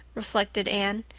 reflected anne.